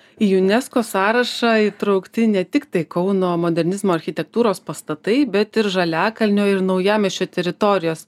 į unesco sąrašą įtraukti ne tiktai kauno modernizmo architektūros pastatai bet ir žaliakalnio ir naujamiesčio teritorijos